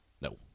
No